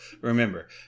Remember